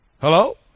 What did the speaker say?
Hello